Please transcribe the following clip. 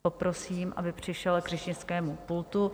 Poprosím, aby přišel k řečnickému pultu.